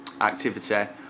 activity